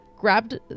grabbed